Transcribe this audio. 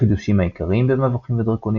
החידושים העיקריים במבוכים ודרקונים